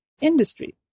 industry